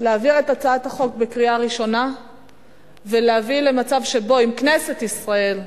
להעביר את הצעת החוק בקריאה ראשונה ולהביא למצב שבו אם כנסת ישראל,